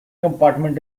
compartment